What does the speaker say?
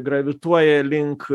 gravituoja link